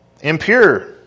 impure